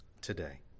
today